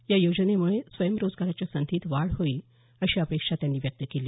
या योजनेमुळे स्वयंरोजगाराच्या संधीत वाढ होईल अशी अपेक्षा त्यांनी व्यक्त केली